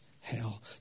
hell